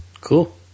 Cool